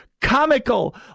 comical